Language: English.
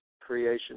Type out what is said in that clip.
creation